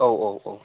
औ औ औ